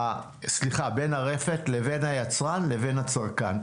לבין הצרכן.